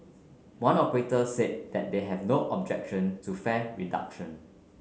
one operator said that they have no objection to fare reduction